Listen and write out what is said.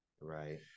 Right